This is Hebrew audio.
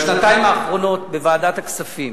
בשנתיים האחרונות בוועדת הכספים